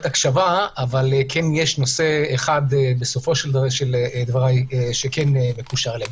הקשב"ה אבל יש נושא אחד בסוף דבריי שכן מקושר אליהם.